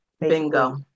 Bingo